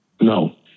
No